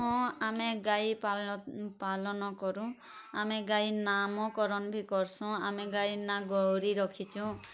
ହଁ ଆମେ ଗାଈ ପାଳନ ପାଲନ କରୁ ଆମେ ଗାଈ ନାମ କରନ ବି କର୍ସୁଁ ଆମେ ଗାଈ ନାଁ ଗୌରୀ ରଖିଛୁ